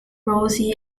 rosie